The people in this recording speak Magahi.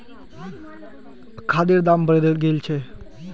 खादेर दाम बढ़े गेल छे